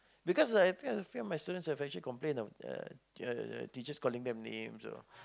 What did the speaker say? because I I feel feel my my students have actually complained a uh uh teachers calling them names or